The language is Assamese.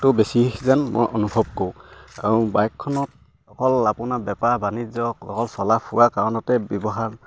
টো বেছি যেন মই অনুভৱ কৰোঁ আৰু বাইকখনত অকল আপোনাৰ বেপাৰ বাণিজ্য অকল চলাফুৰা কাৰণতে ব্যৱহাৰ